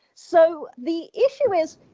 so the issue is,